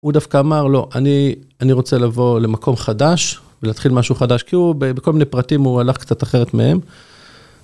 הוא דווקא אמר לא, אני רוצה לבוא למקום חדש ולהתחיל משהו חדש כי הוא בכל מיני פרטים הוא הלך קצת אחרת מהם.